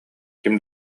ким